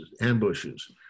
ambushes